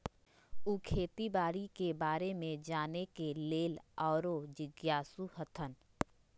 उ खेती बाड़ी के बारे में जाने के लेल आउरो जिज्ञासु हतन